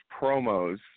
promos